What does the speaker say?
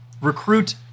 recruit